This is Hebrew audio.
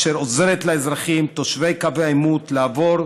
אשר עוזרת לאזרחים תושבי קו העימות לעבור